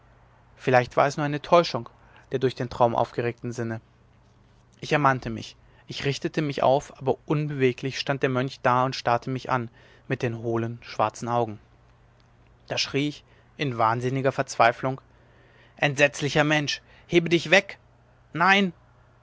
vielleicht war es nur eine täuschung der durch den traum aufgeregten sinne ich ermannte mich ich richtete mich auf aber unbeweglich stand der mönch und starrte mich an mit den hohlen schwarzen augen da schrie ich in wahnsinniger verzweiflung entsetzlicher mensch hebe dich weg nein